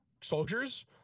soldiers